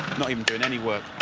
not even doing any work.